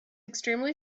extremely